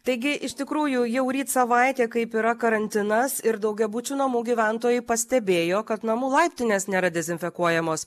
taigi iš tikrųjų jau ryt savaitė kaip yra karantinas ir daugiabučių namų gyventojai pastebėjo kad namų laiptinės nėra dezinfekuojamos